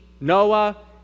Noah